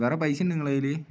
വേറെ പൈസ ഉണ്ടോ നിങ്ങളുടെ കയ്യിൽ